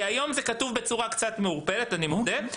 היום זה כתוב קצת בצורה מעורפלת, אני מודה.